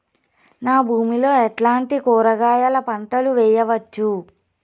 నా భూమి లో ఎట్లాంటి కూరగాయల పంటలు వేయవచ్చు?